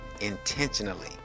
intentionally